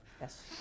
yes